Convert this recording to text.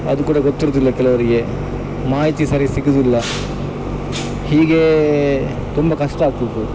ಅದು ಕೂಡ ಗೊತ್ತಿರುದಿಲ್ಲ ಕೆಲವರಿಗೆ ಮಾಹಿತಿ ಸರಿ ಸಿಗುದಿಲ್ಲ ಹೀಗೇ ತುಂಬ ಕಷ್ಟ ಆಗ್ತಿತ್ತು ಅದು